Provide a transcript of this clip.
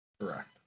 Correct